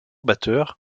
batteur